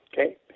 okay